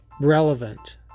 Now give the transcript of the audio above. relevant